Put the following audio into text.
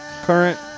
current